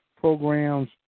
programs